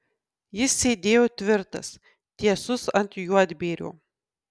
jis sėdėjo tvirtas tiesus ant juodbėrio